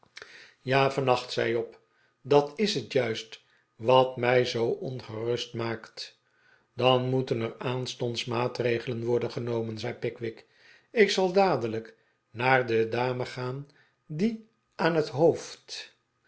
ja vannacht zei job dat is het juist wat mij zoo ongerust maakt dan moeten er aanstonds maatregelen worden genomen zei pickwick ik zal dadelijk naar de dame gaan die aan het hoofd